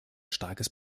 starkes